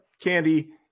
Candy